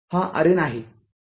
हा RN आहे